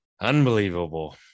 unbelievable